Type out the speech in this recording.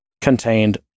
contained